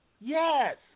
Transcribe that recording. Yes